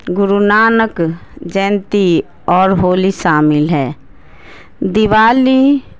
گرو نانک جینتی اور ہولی شامل ہے دیوالی